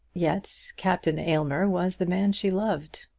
yet captain aylmer was the man she loved!